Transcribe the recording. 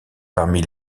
parmi